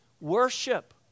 worship